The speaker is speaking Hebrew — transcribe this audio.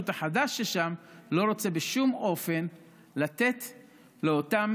החדש שם לא רוצה בשום אופן לתת לאותם